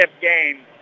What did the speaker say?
game